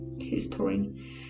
history